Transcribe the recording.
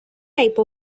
type